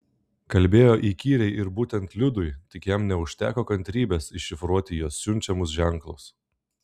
kalbėjo įkyriai ir būtent liudui tik jam neužteko kantrybės iššifruoti jos siunčiamus ženklus